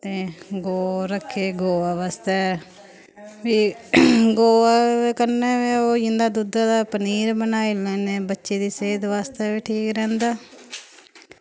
ते गौ रक्खी दी गवै वास्तै गवै कन्नै गै इन्ने दुद्धै दा पनीर बनाई लैन्ने बच्चे दी सेह्त वास्तै बी ठीक रौहंदा ऐ